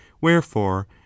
wherefore